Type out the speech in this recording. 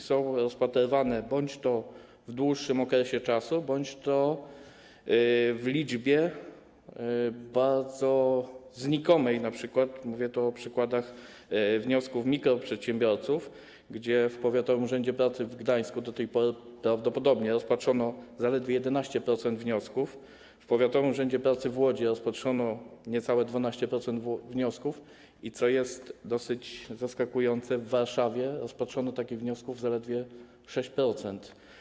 Są one rozpatrywane bądź w dłuższym okresie, bądź to w liczbie bardzo znikomej, mówię tu o przykładach wniosków mikroprzedsiębiorców, gdzie w powiatowym urzędzie pracy w Gdańsku do tej pory prawdopodobnie rozpatrzono zaledwie 11% wniosków, w powiatowym urzędzie pracy w Łodzi rozpatrzono niecałe 12% wniosków, i co jest dosyć zaskakujące, w Warszawie rozpatrzono takich wniosków zaledwie 6%.